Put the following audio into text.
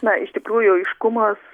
na iš tikrųjų aiškumas